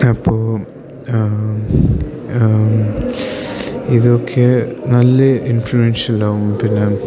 അപ്പോൾ ഇതൊക്കെ നല്ല ഇൻഫ്ലുവൻഷ്യലാവും പിന്നെ